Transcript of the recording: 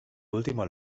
último